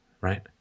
right